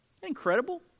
Incredible